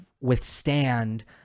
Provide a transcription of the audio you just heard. withstand